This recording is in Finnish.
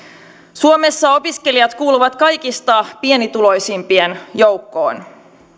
suomessa opiskelijat kuuluvat kaikista pienituloisimpien joukkoon